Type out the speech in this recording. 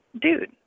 dude